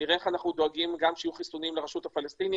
שנראה איך אנחנו דואגים שיהיו חיסונים גם לרשות הפלסטינאית.